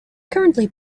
currently